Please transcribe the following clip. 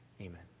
Amen